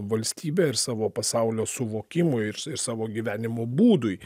valstybę ir savo pasaulio suvokimui ir ir savo gyvenimo būdui